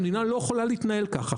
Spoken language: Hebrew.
המדינה לא יכולה להתנהל ככה,